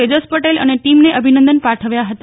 તેજસ પટેલ અને ટીમને અભિનંદન પાઠવ્યા હતા